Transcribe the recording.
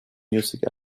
music